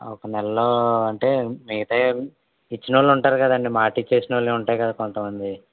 ఒక నెలలో అంటే మిగతావి ఇచ్చిన వాళ్ళుంటారు కదండి మాటిచ్చేసినోళ్ళవి ఉంటాయి కదా కొంత మందివి